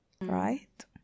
Right